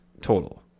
total